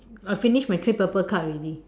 I finish my three purple card already